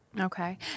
Okay